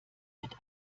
mit